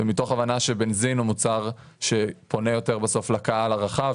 ומתוך הבנה שבנזין הוא מוצר שפונה יותר בסוף לקהל הרחב,